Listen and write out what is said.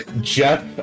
Jeff